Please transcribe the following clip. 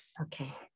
Okay